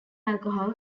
alcohol